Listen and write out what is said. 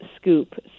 scoop